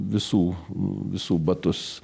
visų visų batus